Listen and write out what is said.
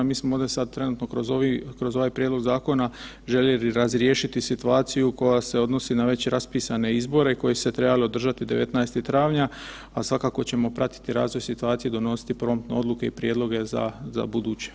Mi smo ovdje da trenutno kroz ovaj prijedlog zakona željeli razriješiti situaciju koja se odnosi na već raspisane izbore koji su se trebali održati 19. travnja, a svakako ćemo pratiti razvoj situacije i donositi promptno odluke i prijedloge za buduće.